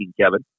Kevin